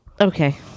Okay